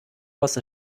was